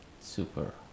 super